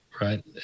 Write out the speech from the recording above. right